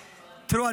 תראו,